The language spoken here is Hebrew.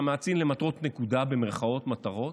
אתה מאזין למטרות נקודה, במירכאות "מטרות".